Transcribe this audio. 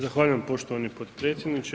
Zahvaljujem poštovani potpredsjedniče.